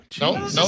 No